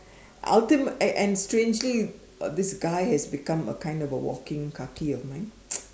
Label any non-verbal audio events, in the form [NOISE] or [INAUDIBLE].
ultimate and and strangely this guy has become a kind of a walking kaki of mine [NOISE]